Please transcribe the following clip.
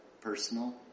personal